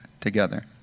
together